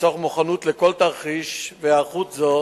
לצורך מוכנות לכל תרחיש, והיערכות זו